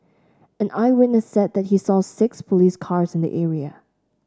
an eyewitness said that he saw six police cars in the area